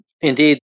indeed